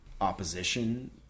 opposition